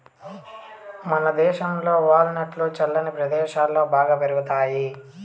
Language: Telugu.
మనదేశంలో వాల్ నట్లు చల్లని ప్రదేశాలలో బాగా పెరుగుతాయి